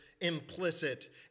implicit